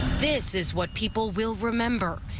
this is what people will remember,